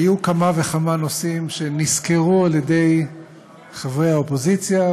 היו כמה וכמה נושאים שנסקרו על-ידי חברי האופוזיציה,